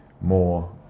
more